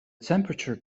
temperature